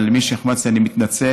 אבל מי שהחמצתי, אני מתנצל.